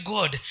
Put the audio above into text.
God